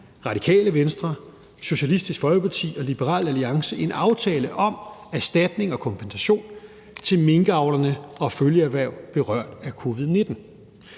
Radikale Venstre, Socialistisk Folkeparti og Liberal Alliance en aftale om erstatning og kompensation til minkavlerne og følgeerhverv berørt af covid-19.